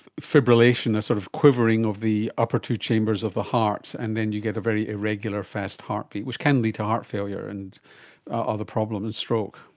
fibrillation, a sort of quivering of the upper two chambers of the heart, and then you get a very irregular fast heartbeat, which can lead to heart failure and other problems, and stroke.